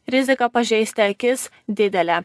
rizika pažeisti akis didelė